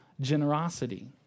generosity